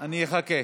אני אחכה,